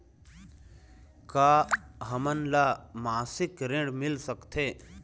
का हमन ला मासिक ऋण मिल सकथे?